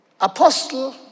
apostle